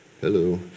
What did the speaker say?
hello